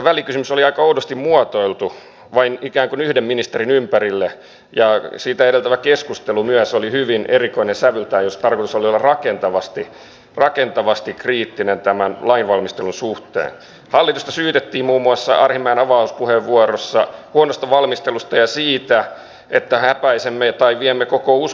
näinhän ei aikaisemmin ollut vaan vain kerran vuodessa laskettiin tämä opiskelijamäärä ja sitä edeltävä keskustelu myös oli hyvin erikoinen sävyltään jos tarvis kunnat ovat olleet nimenomaan ongelmissa siinä että heillä eivät riitä varat nyt sitten näitten lasten ja nuorten kouluttamiseen